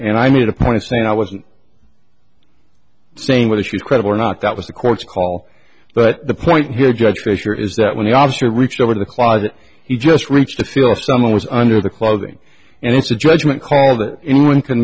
and i made a point of saying i wasn't saying whether she's credible or not that was the court's call but the point here judge fisher is that when the officer reached over to the closet he just reached a feel someone was under the clothing and it's a judgment call that anyone can